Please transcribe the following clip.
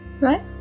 Right